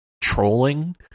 trolling